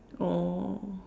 oh